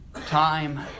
Time